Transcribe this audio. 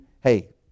hey